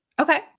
Okay